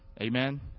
Amen